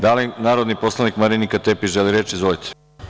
Da li narodni poslanik Marinika Tepić želi reč? (Da) Izvolite.